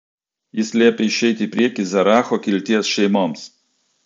jis liepė išeiti į priekį zeracho kilties šeimoms